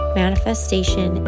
manifestation